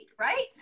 right